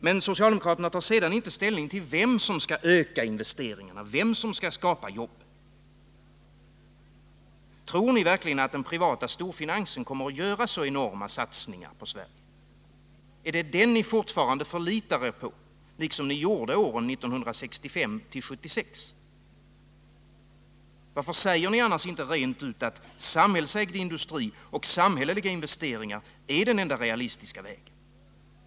Men socialdemokraterna tar sedan inte ställning till vem som skall öka investeringarna och vem som skall skapa jobben. Tror ni verkligen att den privata storfinansen kommer att göra så enorma satsningar på Sverige? Är det den ni fortfarande: förlitar er på, liksom ni gjorde åren 1965-1976? Varför säger ni annars inte rent ut att samhällsägd industri och samhälleliga investeringar är den enda realistiska vägen?